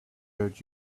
hurt